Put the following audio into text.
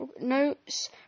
notes